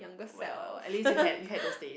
well at least you had you had those days